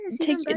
take